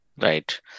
Right